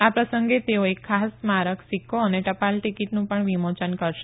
આ પ્રસંગે તેઓ એક ખાસ સ્મારક સિકકો અને ટપાલ ટીકીટનું પણ વિમોચન કરશે